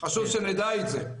וחשוב שנדע את זה.